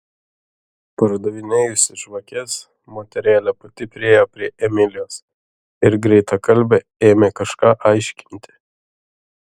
pardavinėjusi žvakes moterėlė pati priėjo prie emilijos ir greitakalbe ėmė kažką aiškinti